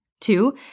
two